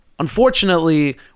Unfortunately